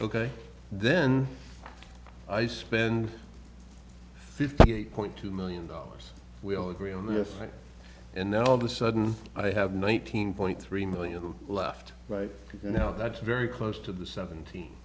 ok then i spend fifty eight point two million dollars we all agree on this and then all of the sudden i have nineteen point three million left right now that's very close to the seventeen